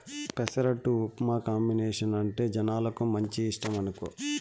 పెసరట్టు ఉప్మా కాంబినేసనంటే జనాలకు మంచి ఇష్టమనుకో